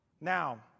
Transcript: Now